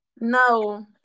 no